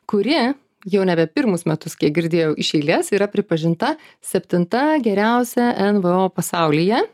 kuri jau nebe pirmus metus kiek girdėjau iš eilės yra pripažinta septinta geriausia nvo pasaulyje